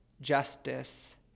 justice